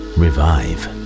revive